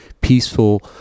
peaceful